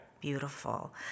Beautiful